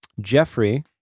jeffrey